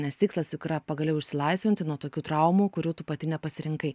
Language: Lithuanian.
nes tikslas juk yra pagaliau išsilaisvinti nuo tokių traumų kurių tu pati nepasirinkai